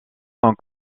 sans